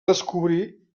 descobrir